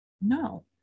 No